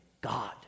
God